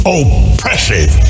oppressive